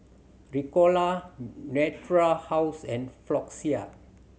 Ricola Natura House and Floxia